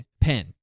Pen